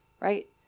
right